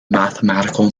mathematical